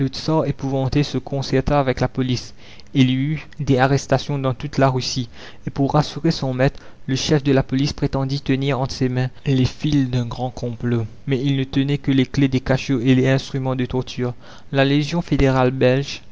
épouvanté se concerta avec la police il y eut des arrestations dans toute la russie et pour rassurer son maître le chef de la police prétendit tenir entre ses mains les fils d'un grand complot mais il ne tenait que les clefs des cachots et les instruments de torture la légion fédérale belge